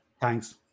Thanks